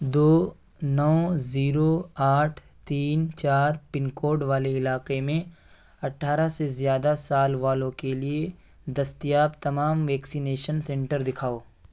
دو نو زیرو آٹھ تین چار پن کوڈ والے علاقے میں اٹھارہ سے زیادہ سال والوں کے لیے دستیاب تمام ویکسینیشن سینٹر دکھاؤ